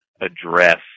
address